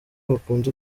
bakunze